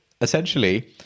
essentially